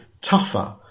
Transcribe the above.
tougher